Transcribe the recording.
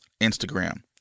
Instagram